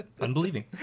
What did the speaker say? unbelieving